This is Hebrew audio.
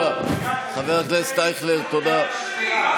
הבית שלך קרא לאזרחים למרד בגלל שליצמן ודרעי הצביעו לא לגזרה.